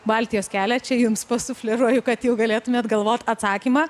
baltijos kelią čia jums pasufleruoju kad jau galėtumėt galvot atsakymą